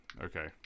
Okay